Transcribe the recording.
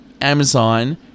amazon